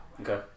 Okay